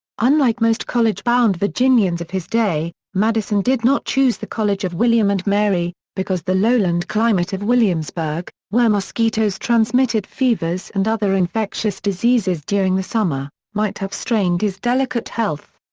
unlike most college-bound virginians of his day, madison did not choose the college of william and mary, because the lowland climate of williamsburg, where mosquitoes transmitted fevers and other infectious diseases during the summer, might have strained his delicate health.